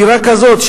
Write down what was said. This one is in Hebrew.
דירה כזאת,